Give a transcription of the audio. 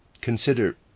Consider